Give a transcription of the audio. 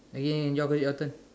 okay okay okay your your turn